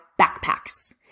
backpacks